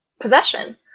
possession